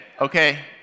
Okay